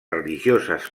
religioses